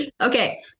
Okay